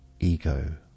Ego